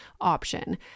option